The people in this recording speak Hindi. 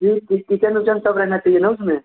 जी कि किचन उचन सब रहना चाहिए ना सब उस में